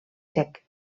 sec